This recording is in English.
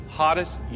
hottest